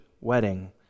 wedding